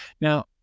Now